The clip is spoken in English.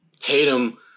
Tatum